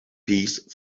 peace